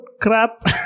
Crap